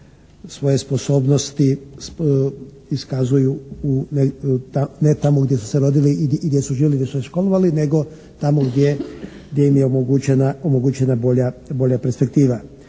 svoje sposobnosti iskazuju ne tamo gdje su se rodili i gdje su živili, gdje su se školovali nego tamo gdje im je omogućena bolja perspektiva.